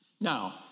Now